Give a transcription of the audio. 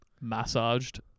massaged